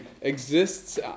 exists